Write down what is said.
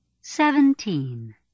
Seventeen